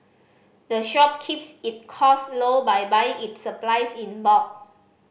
the shop keeps its cost low by buying its supplies in bulk